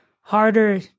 harder